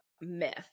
myth